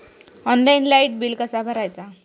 Online light bill कसा भरायचा?